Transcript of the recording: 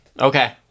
Okay